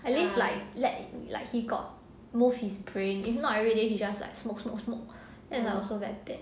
at least like like like he got moved his brain if not everyday he just like smoke smoke smoke and end up also like that